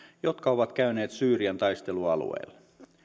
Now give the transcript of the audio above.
jotka ovat käyneet syyrian taistelualueilla